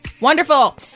Wonderful